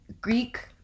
Greek